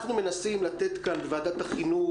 אנחנו מנסים לתת כאן בוועדת החינוך